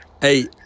Hey